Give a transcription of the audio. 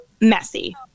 messy